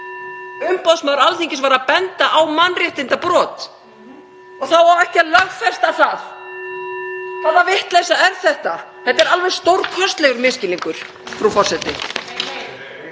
Umboðsmaður Alþingis var að benda á mannréttindabrot og þá á ekki að (Forseti hringir.) lögfesta það. Hvaða vitleysa er þetta? Þetta er alveg stórkostlegur misskilningur, frú forseti.